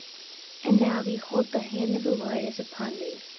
and now, behold, the hand of the lord is upon thee,